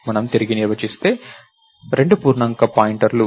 మనము తిరిగి నిర్వచిస్తే రెండూ పూర్ణాంక పాయింటర్లు